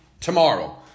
tomorrow